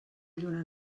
lluna